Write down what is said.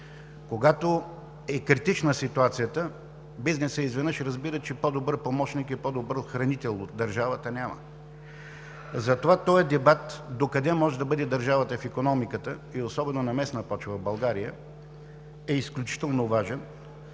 Когато е критична ситуацията, бизнесът изведнъж разбира, че по-добър помощник и по-добър хранител от държавата няма. Затова този дебат – докъде може да бъде държавата в икономиката, особено на местна почва в България, е изключително важен.